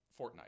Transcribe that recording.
Fortnite